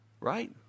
right